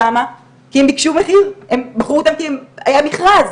למה, כי הם בחרו אותם כי היה מכרז.